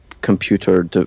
computer